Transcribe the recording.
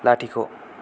लाथिख'